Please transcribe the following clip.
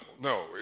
no